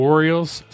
Orioles